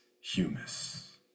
humus